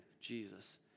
Jesus